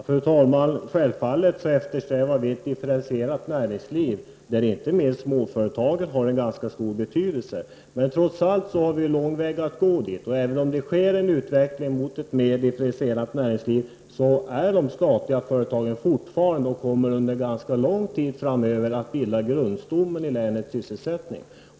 Fru talman! Självfallet eftersträvar vi ett differentierat näringsliv, där inte minst småföretagen har en ganska stor betydelse. Men vi har trots allt lång väg att gå dit. Även om det sker en utveckling mot ett mer differentierat näringsliv, så kommer de statliga företagen under ganska lång tid framöver att bilda grundstommen i länets sysselsättning.